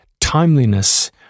timeliness